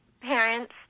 parents